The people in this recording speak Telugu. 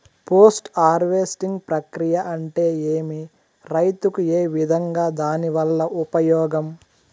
పోస్ట్ హార్వెస్టింగ్ ప్రక్రియ అంటే ఏమి? రైతుకు ఏ విధంగా దాని వల్ల ఉపయోగం?